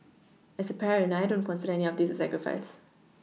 as a parent I don't consider any of this a sacrifice